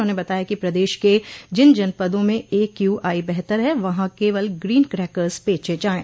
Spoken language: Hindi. उन्होंने बताया कि प्रदेश के जिन जनपदों में एक्यूआई बेहतर है वहां केवल ग्रीन क्रेकर्स बेचे जाये